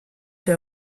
der